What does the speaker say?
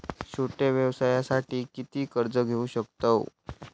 छोट्या व्यवसायासाठी किती कर्ज घेऊ शकतव?